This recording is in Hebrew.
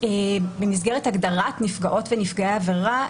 במסגרת הגדרת נפגעות ונפגעי עבירה,